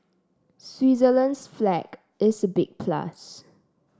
Switzerland's flag is a big plus